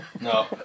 No